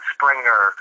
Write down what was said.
Springer